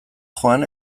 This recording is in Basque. joan